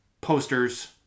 posters